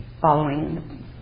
following